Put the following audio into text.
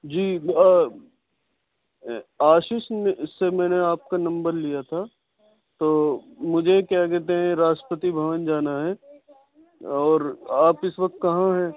جی آشیش سے میں نے آپ کا نمبر لیا تھا تو مجھے کیا کہتے ہیں راشٹرپتی بھون جانا ہے اور آپ اس وقت کہاں ہیں